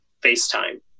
FaceTime